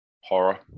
horror